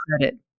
credit